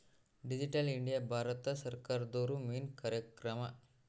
digital India Bharat ಸರ್ಕಾರ್ದೊರ್ದು main ಕಾರ್ಯಕ್ರಮ